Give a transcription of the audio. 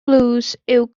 gleision